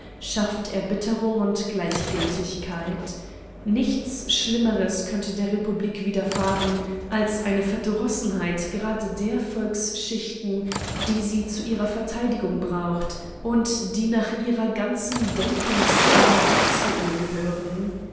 schafft erbitterung und gleichgültigkeit nichts schlimmeres könnte der republik widerfahren als eine verdrossenheit gerade der volksschichten die sie zu ihrer verteidigung braucht und die nach ihrer ganzen denkungsart zu ihr gehören